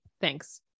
thanks